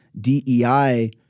DEI